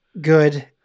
good